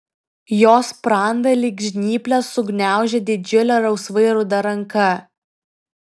jo sprandą lyg žnyplės sugniaužė didžiulė rausvai ruda ranka